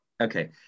okay